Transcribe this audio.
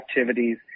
activities